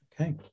Okay